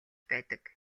байдаг